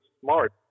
smart